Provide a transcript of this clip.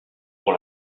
pour